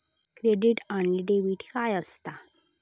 Credit आणि debit काय असता?